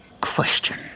question